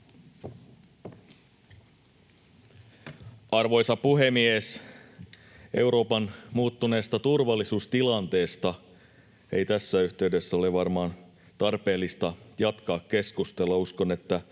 Arvoisa puhemies! Euroopan muuttuneesta turvallisuustilanteesta ei tässä yhteydessä varmaan ole tarpeellista jatkaa keskustelua. Uskon, että